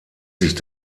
sich